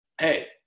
hey